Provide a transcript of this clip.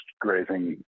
grazing